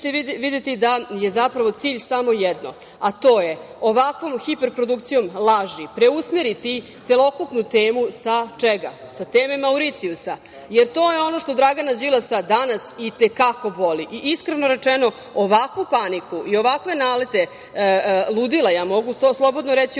da je, zapravo, cilj samo jedno, a to je ovakvom hiperprodukcijom laži preusmeriti celokupnu temu sa teme Mauricijusa, jer to je ono što Dragana Đilasa danas i te kako boli. Iskreno rečeno, ovakvu paniku i ovakve nalete ludila, ja mogu slobodno reći ludila,